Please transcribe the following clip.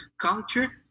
culture